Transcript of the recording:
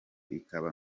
ikaba